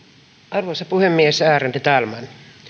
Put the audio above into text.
arvoisa puhemies ärade talman